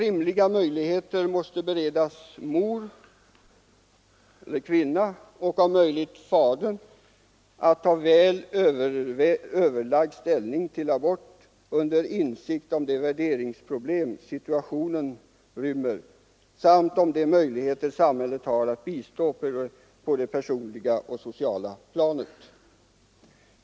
Rimliga möjligheter måste beredas kvinnan-modern och om möjligt fadern att ta väl överlagd ställning till abort under insikt om de värderingsproblem situationen rymmer samt om de möjligheter samhället har att bistå på det personliga och sociala planet.